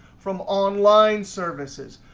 from online services,